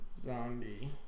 Zombie